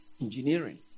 engineering